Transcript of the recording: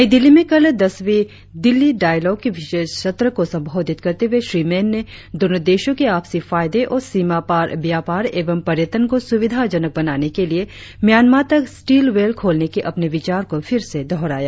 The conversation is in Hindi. नई दिल्ली में कल दसवीं दिल्ली डायलॉग की विशेष सत्र को संबोधित करते हुए श्री मेन ने दोनो देशों की आपसी फायदे और सीमा पार व्यापार एवं पर्यटन को सुविधाजनक बनाने के लिए म्यांमा तक स्टीलवेल खोलने के अपने विचार को फिर से दोहराया